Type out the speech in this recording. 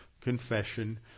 confession